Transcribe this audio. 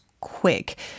quick